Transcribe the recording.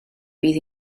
bydd